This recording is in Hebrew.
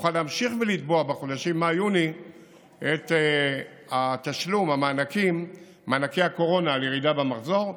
יוכל להמשיך לתבוע בחודשים מאי-יוני את מענקי הקורונה על ירידה במחזור.